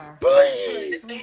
please